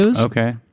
Okay